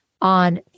on